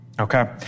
Okay